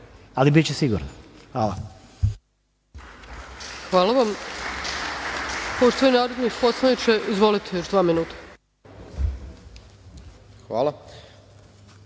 Ali biće sigurno. Hvala.